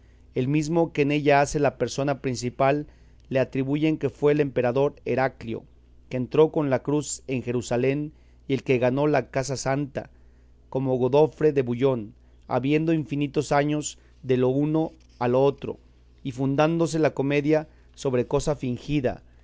el mismo que en ella hace la persona principal le atribuyan que fue el emperador heraclio que entró con la cruz en jerusalén y el que ganó la casa santa como godofre de bullón habiendo infinitos años de lo uno a lo otro y fundándose la comedia sobre cosa fingida